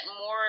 more